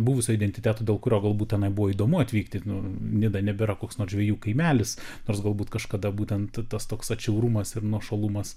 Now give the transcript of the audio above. buvusio identiteto dėl kurio galbūt tenai buvo įdomu atvykti nida nebėra koks nors žvejų kaimelis nors galbūt kažkada būtent tas toks atšiaurumas ir nuošalumas